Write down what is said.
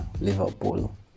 Liverpool